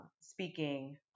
speaking